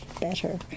better